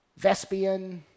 Vespian